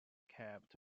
capped